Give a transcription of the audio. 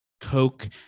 Coke